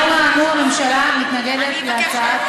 לאור האמור, הממשלה מתנגדת להצעת